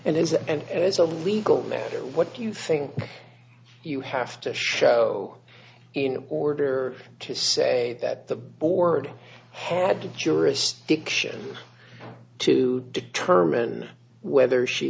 and as and as a legal matter what do you think you have to show in order to say that the board had to jurisdiction to determine whether she